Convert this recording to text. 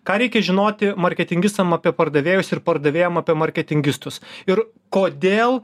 ką reikia žinoti marketingistam apie pardavėjus ir pardavėjam apie marketingistus ir kodėl